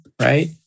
right